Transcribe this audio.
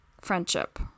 friendship